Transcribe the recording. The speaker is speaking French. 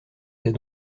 ses